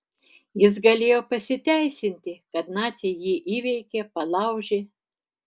jis galėjo pasiteisinti kad naciai jį įveikė palaužė